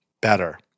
better